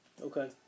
okay